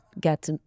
get